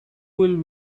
will